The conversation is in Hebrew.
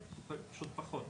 כן פשוט פחות.